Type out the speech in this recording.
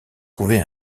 trouvé